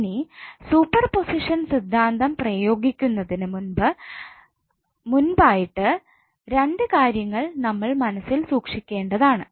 ഇനി സൂപ്പർപോസിഷൻ സിദ്ധാന്തം പ്രയോഗിക്കുന്നതിനു മുൻപ് ആയിട്ട് 2 കാര്യങ്ങൾ നമ്മൾ മനസ്സിൽ സൂക്ഷിക്കേണ്ടതാണ്